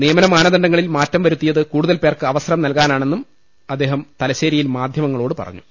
നിയമന മാന ദണ്ഡങ്ങളിൽ മാറ്റം വരുത്തിയത് കൂടുതൽപേർക്ക് അവസരം നൽകാനാണെന്നും മന്ത്രി തലശ്ശേരിയിൽ മാധ്യമങ്ങളോട് പറഞ്ഞു